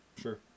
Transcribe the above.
Sure